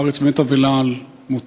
הארץ באמת אבלה על מותם,